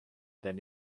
than